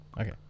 Okay